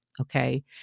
okay